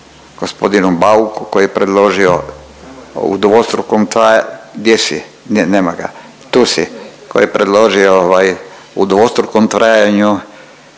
gospodinu Bauku koji je predložio u dvostrukom traja… gdje si, nema ga, tu si, koji je predložio ovaj u dvostrukom trajanju